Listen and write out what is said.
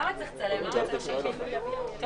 אם בסוף משרד התיירות צריך להוביל את הקשר